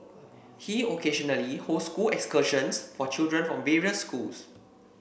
he occasionally hosts school excursions for children from various schools